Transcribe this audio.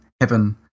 heaven